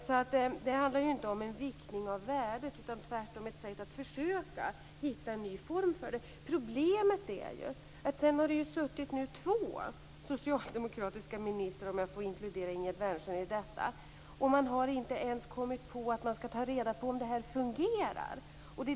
Det handlar alltså inte om någon viktning av värdet utan tvärtom om ett sätt att försöka hitta en ny form för denna undervisning. Problemet är att det sedan dess har suttit två socialdemokratiska statsråd, om jag får inkludera Ingegerd Wärnersson i detta sammanhang, som inte ens har kommit på att man skall ta reda på om det här fungerar.